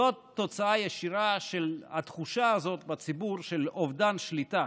זאת תוצאה ישירה של התחושה הזאת בציבור של אובדן שליטה.